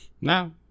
no